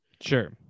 Sure